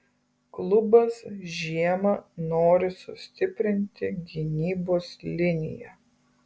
klubas žiemą nori sustiprinti gynybos liniją